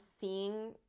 seeing